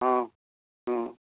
ହଁ ହଁ